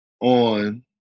on